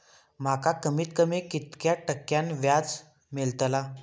माका कमीत कमी कितक्या टक्क्यान व्याज मेलतला?